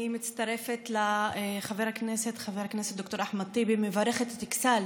אני מצטרפת לחבר הכנסת ד"ר אחמד טיבי ומברכת את אכסאל